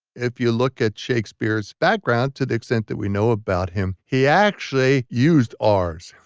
if you look at shakespeare's background, to the extent that we know about him, he actually used ah rs.